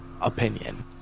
opinion